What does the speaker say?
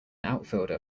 outfielder